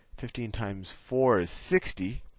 fifteen times four is sixty.